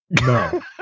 no